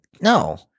No